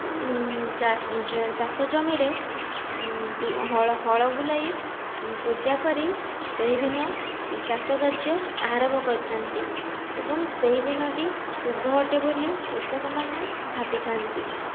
ଚାଷ ଜମିରେ ହଳ ବୁଲାଇ ପୂଜାକରି ସେହିଦିନ ଚାଷ କାର୍ଯ୍ୟ ଆରମ୍ଭ କରିଥାନ୍ତି ଏବଂ ସେହିଦିନ ଟି ଶୁଭ ଅଟେ ବୋଲି କୃଷକମାନେ ଭାବିଥାନ୍ତି